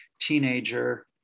teenager